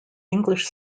english